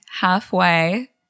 halfway